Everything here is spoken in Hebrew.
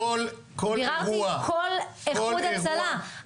-- כל אירוע -- ביררתי כל איחוד הצלה,